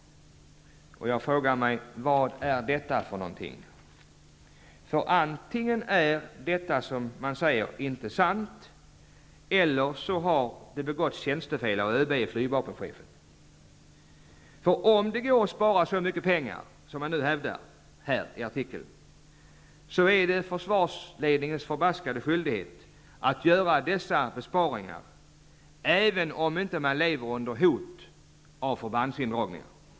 Jag frågar mig vad detta är för någonting. Antingen är det som sägs inte sant eller så har det begåtts tjänstefel av ÖB och flygvapenchefen. Om det går att spara så mycket pengar som man hävdar i artikeln, är det försvarsledningens förbaskade skyldighet att göra dessa besparingar även om man inte lever under hot om förbandsindragningar.